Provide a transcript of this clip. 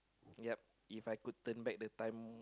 ya If I could turn back the time